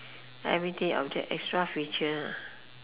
everyday object extra feature lah